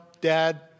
dad